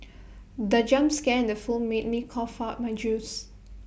the jump scare in the film made me cough out my juice